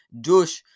Dush